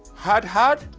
had had?